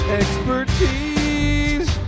expertise